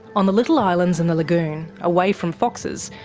on the little islands in the lagoon, away from foxes,